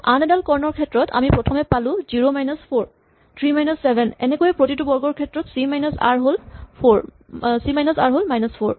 আন এডাল কৰ্ণৰ ক্ষেত্ৰত আমি প্ৰথমে পালো zero minus four three minus seven এনেকৈয়ে প্ৰতিটো বৰ্গৰ ক্ষেত্ৰত চি মাইনাচ আৰ হ'ল মাইনাচ ফ'ৰ